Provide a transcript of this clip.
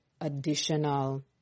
additional